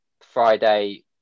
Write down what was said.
Friday